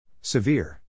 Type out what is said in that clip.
Severe